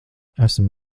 esam